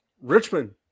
Richmond